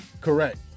Correct